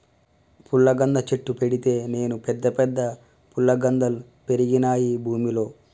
పుల్లగంద చెట్టు పెడితే నేను పెద్ద పెద్ద ఫుల్లగందల్ పెరిగినాయి భూమిలో